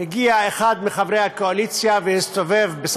הגיע אחד מחברי הקואליציה והסתובב בין